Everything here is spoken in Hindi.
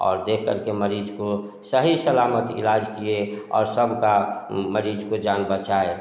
और देख कर के मरीज को सही सलामत इलाज किए और सबका मरीज को जान बचाएँ